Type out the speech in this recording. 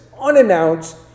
unannounced